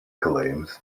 claims